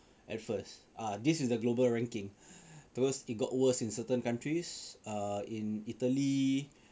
at first ah this is the global ranking towards it got worse in certain countries uh in Italy